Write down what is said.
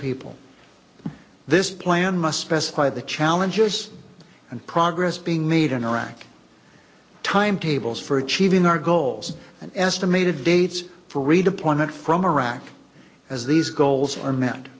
people this plan must specify the challenges and progress being made in iraq timetables for achieving our goals and estimated dates for redeployment from iraq as these goals are met